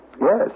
Yes